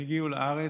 הם הגיעו לארץ.